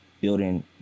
building